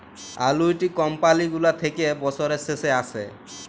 আলুইটি কমপালি গুলা থ্যাকে বসরের শেষে আসে